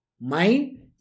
mind